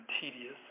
tedious